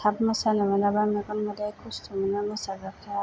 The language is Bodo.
थाब मोसानो मोनाबा मेगन मोदै खस्त' मोनो मोसाग्राफ्रा